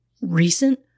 recent